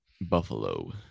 Buffalo